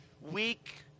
weak